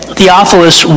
Theophilus